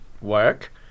work